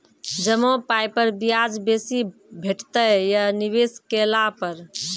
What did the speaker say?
जमा पाय पर ब्याज बेसी भेटतै या निवेश केला पर?